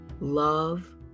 love